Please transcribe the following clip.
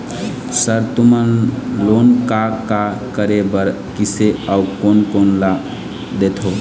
Sir तुमन loan का का करें बर, किसे अउ कोन कोन ला देथों?